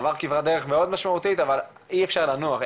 עבר כברת דרך מאוד משמעותית אבל אי אפשר לנוח,